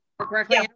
correctly